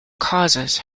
causes